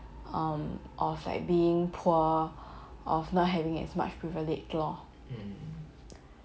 um of like being poor of not having as much privilege lor